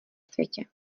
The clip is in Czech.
světě